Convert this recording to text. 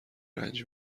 رنج